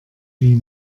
wie